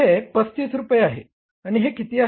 हे 35 रुपये आहे आणि हे किती आहे